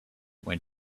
when